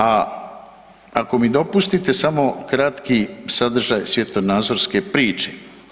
A ako mi dopustite samo kratki sadržaj svjetonazorske priče.